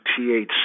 THC